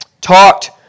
talked